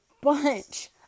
bunch